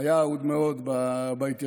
היה אהוד מאוד בהתיישבות,